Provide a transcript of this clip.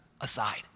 aside